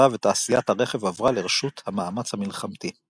ותעשיית הרכב עברה לרשות המאמץ המלחמתי.